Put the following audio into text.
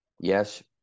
yes